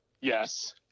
Yes